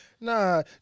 nah